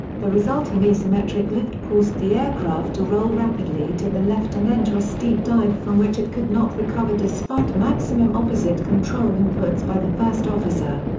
the resulting asymmetric lift caused the aircraft to roll rapidly to the left and enter a steep dive from which it could not recover despite maximum opposite control inputs by the first officer.